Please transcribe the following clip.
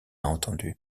entendue